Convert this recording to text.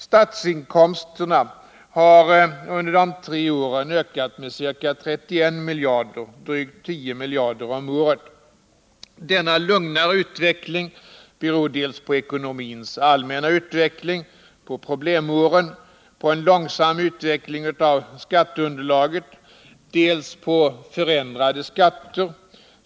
Statsinkomsterna har under de tre åren ökat med ca 31 miljarder, drygt 10 miljarder om året. Denna lugnare utveckling beror dels på ekonomins allmänna utveckling, på problemåren, på en långsam utveckling av skatteunderlaget, dels på förändrade skatter.